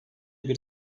bir